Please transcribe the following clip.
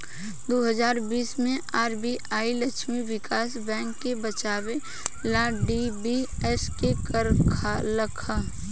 दू हज़ार बीस मे आर.बी.आई लक्ष्मी विकास बैंक के बचावे ला डी.बी.एस.के करलख